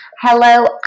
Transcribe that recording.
Hello